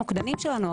המוקדנית שלנו,